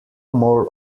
more